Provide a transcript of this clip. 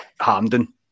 Hamden